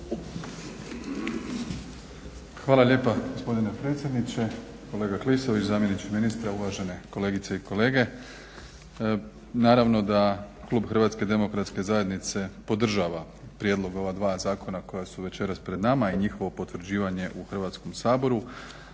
Hvala lijepa gospodine predsjedniče, kolega Klisović, zamjeniče ministra, uvažene kolegice i kolege. Naravno da klub HDZ-a podržava prijedlog ova dva zakona koja su večeras pred nama i njihovo potvrđivanje u Hrvatskom saboru,